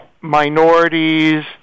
minorities